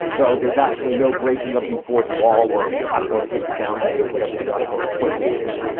though there's actually no breaking of the fourth wall or, i don't know, fifth sound wave, whatever the audible equivalent is,